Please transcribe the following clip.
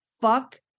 Fuck